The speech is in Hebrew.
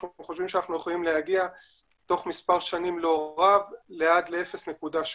אנחנו חושבים שאנחנו יכולים להגיע תוך מספר שנים לא רבב עד ל-0.8,